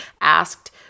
asked